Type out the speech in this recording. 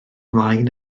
ymlaen